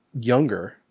younger